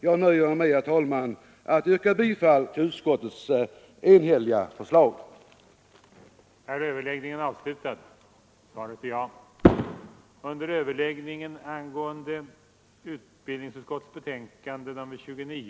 Jag nöjer mig med, herr talman, att yrka bifall till det enhälliga utskottets hemställan.